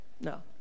no